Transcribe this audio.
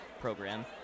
program